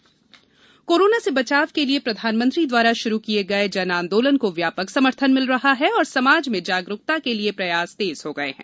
जन आंदोलन कोरोना से बचाव के लिए प्रधानमंत्री द्वारा शुरू किये गये जन आंदोलन को व्यापक समर्थन मिल रहा है और समाज में जागरूकता के लिए प्रयास तेज हो गये है